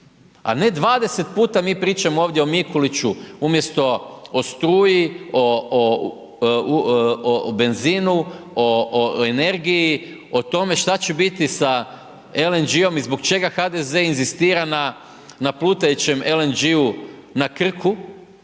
a ne 20 puta mi pričamo o Mikuliću, umjesto o struji, o benzinu, o energiji, o tome što će biti sa LNG i zbog čega HDZ inzistira na plutajućem LNG na Krku